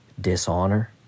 dishonor